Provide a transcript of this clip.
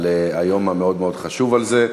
על היום המאוד-מאוד חשוב הזה.